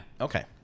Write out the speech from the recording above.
Okay